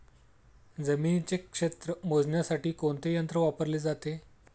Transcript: जमिनीचे क्षेत्र मोजण्यासाठी कोणते यंत्र वापरले जाते?